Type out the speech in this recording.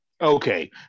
Okay